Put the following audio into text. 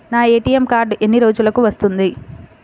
నా ATM card ఎన్ని రోజులకు వస్తుంది?